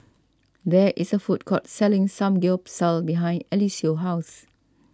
there is a food court selling Samgyeopsal behind Eliseo's house